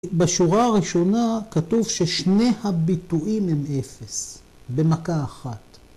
‫בשורה הראשונה כתוב ‫ששני הביטויים הם אפס. במכה אחת.